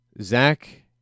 Zach